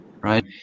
right